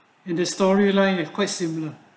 in the storyline with quite similar